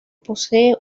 posee